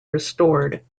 restored